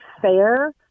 fair